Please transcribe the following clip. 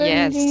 Yes